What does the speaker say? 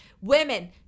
women